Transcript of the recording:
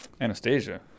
Anastasia